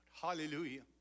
hallelujah